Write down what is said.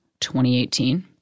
2018